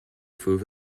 through